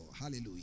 Hallelujah